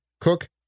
Cook